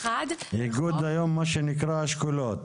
איגוד היום מה שנקרא אשכולות.